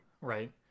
right